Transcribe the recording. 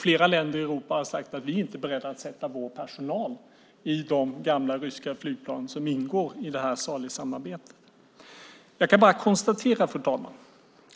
Flera länder i Europa har sagt att man inte är beredd att sätta sin personal i de gamla ryska flygplan som ingår i Salissamarbetet. Jag kan bara konstatera